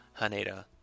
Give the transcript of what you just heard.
Haneda